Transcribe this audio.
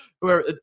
whoever